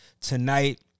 tonight